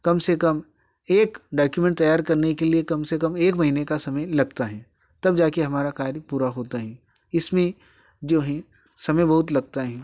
कम से कम एक डॉक्यूमेंट तैयार करने के लिए कम से कम एक महीने का समय लगता है तब जाकर हमारा कार्य पूरा होता है इसमें जो है समय बहुत लगता है